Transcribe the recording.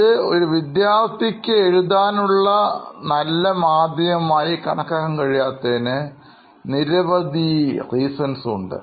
ഇത് ഒരു വിദ്യാർത്ഥിക്ക് എഴുതാനുള്ള നല്ല മാധ്യമം ആയി കണക്കാക്കാൻ കഴിയാത്തതിന് നിരവധി കാരണങ്ങളുണ്ട്